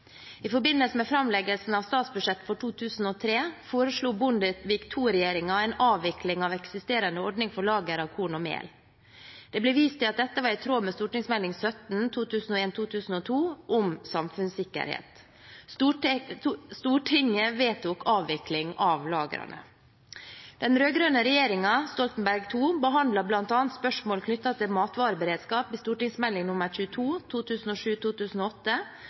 I forbindelse med framleggelsen av statsbudsjettet for 2003 foreslo Bondevik II-regjeringen en avvikling av eksisterende ordning for lager av korn og mel. Det ble vist til at dette var i tråd med St.meld. nr. 17 for 2001–2002 om Samfunnssikkerhet. Stortinget vedtok avvikling av lagrene. Den rød-grønne regjeringen – Stoltenberg II – behandlet bl.a. spørsmål knyttet til matvareberedskap i St.meld. nr. 22